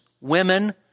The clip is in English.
women